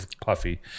puffy